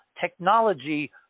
technology